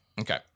Okay